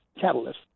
Catalyst